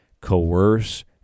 coerce